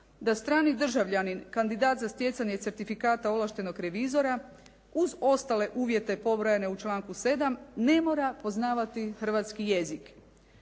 da strani državljanin, kandidat za stjecanje certifikata ovlaštenog revizora uz ostale uvjete pobrojene u članku 7. ne mora poznavati hrvatski jezik.